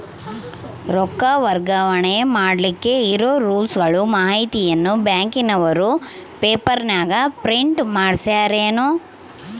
ರೊಕ್ಕ ವರ್ಗಾವಣೆ ಮಾಡಿಲಿಕ್ಕೆ ಇರೋ ರೂಲ್ಸುಗಳ ಮಾಹಿತಿಯನ್ನ ಬ್ಯಾಂಕಿನವರು ಪೇಪರನಾಗ ಪ್ರಿಂಟ್ ಮಾಡಿಸ್ಯಾರೇನು?